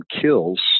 kills